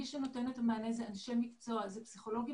מי שנותן את המענה הם אנשי מקצוע פסיכולוגים